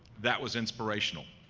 that was inspirational.